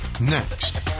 next